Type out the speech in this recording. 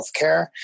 healthcare